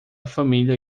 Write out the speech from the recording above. família